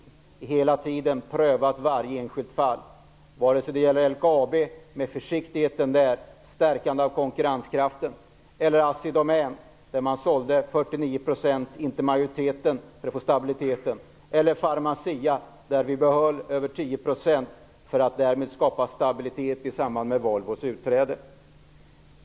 Vi har hela tiden prövat varje enskilt fall vare sig det gäller LKAB, försiktigheten där och stärkandet av konkurrenskraften, eller Assidomän, där för att få stabilitet 49 % av aktierna såldes och inte majoriteten, eller Pharmacia, där vi behöll över 10 % för att därmed skapa stabilitet i samband med Volvos utträde.